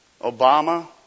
Obama